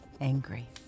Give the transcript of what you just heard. angry